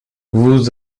vous